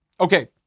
Okay